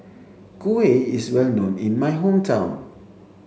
Kuih is well known in my hometown